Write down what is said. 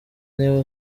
niba